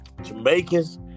Jamaicans